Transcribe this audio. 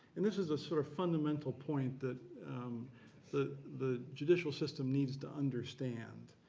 and this is a sort of fundamental point that the the judicial system needs to understand.